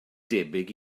debyg